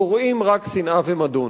זורעים רק שנאה ומדון.